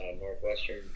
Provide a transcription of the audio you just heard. Northwestern